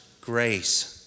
grace